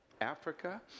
Africa